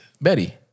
Betty